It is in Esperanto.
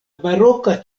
baroka